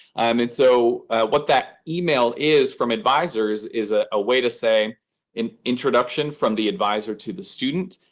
and so what that email is from advisers is a ah way to say an introduction from the adviser to the student.